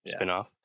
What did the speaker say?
spinoff